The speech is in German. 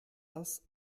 das